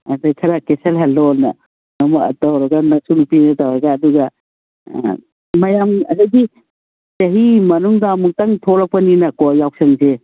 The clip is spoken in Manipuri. ꯍꯥꯏꯐꯦꯠ ꯈꯔ ꯀꯦꯁꯤꯜꯍꯜꯂꯣ ꯇꯧꯔꯒ ꯅꯁꯨꯅꯨꯄꯤꯗ ꯇꯧꯔꯒ ꯑꯗꯨꯒ ꯃꯌꯥꯝ ꯑꯗꯒꯤ ꯆꯍꯤ ꯃꯅꯨꯡꯗ ꯑꯃꯨꯛꯇꯪ ꯊꯣꯂꯛꯄꯅꯤꯅꯀꯣ ꯌꯥꯎꯁꯪꯁꯦ